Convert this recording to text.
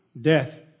death